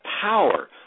power